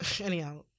anyhow